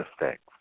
effects